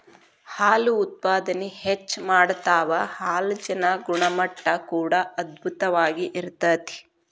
ಹಾಲು ಉತ್ಪಾದನೆ ಹೆಚ್ಚ ಮಾಡತಾವ ಹಾಲಜನ ಗುಣಮಟ್ಟಾ ಕೂಡಾ ಅಧ್ಬುತವಾಗಿ ಇರತತಿ